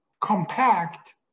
compact